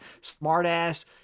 smart-ass